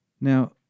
Now